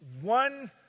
one